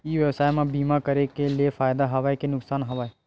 ई व्यवसाय म बीमा करे ले फ़ायदा हवय के नुकसान हवय?